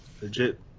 legit